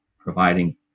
providing